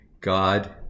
God